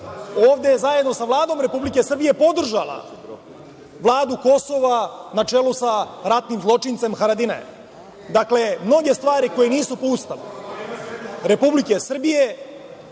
ovde zajedno sa Vladom Republike Srbije podržala vladu Kosova na čelu sa ratnim zločincem Haradinajem. Dakle, mnoge stvari koje nisu po Ustavu Republike Srbije